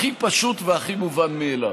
הכי פשוט והכי מובן מאליו,